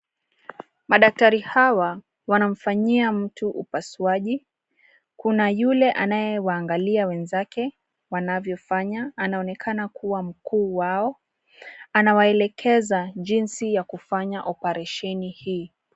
Madaktari hawa wanamfanyia mtu upasuaji. kuna yule anayewaangalia wenzake wanavyofanya. Anonekana kuwa mkuu wao. Anawaelekeza jinsi ya kufanya oparesheni hii.